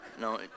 No